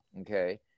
okay